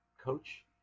coach